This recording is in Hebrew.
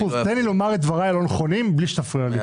תן לי לומר את דבריי הלא נכונים בלי שתפריע לי.